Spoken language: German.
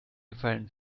gefallen